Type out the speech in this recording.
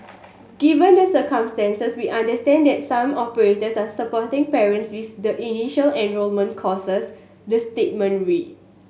given the circumstances we understand that some operators are supporting parents with the initial enrolment costs the statement read